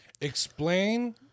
Explain